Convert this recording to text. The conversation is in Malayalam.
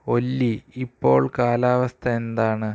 ഒല്ലി ഇപ്പോൾ കാലാവസ്ഥ എന്താണ്